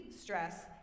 stress